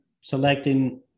selecting